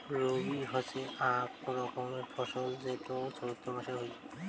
রবি হসে আক রকমের ফসল যেইটো চৈত্র মাসে হই